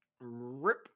Rip